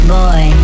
boy